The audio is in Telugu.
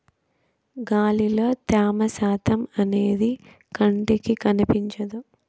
గాలిలో త్యమ శాతం అనేది కంటికి కనిపించదు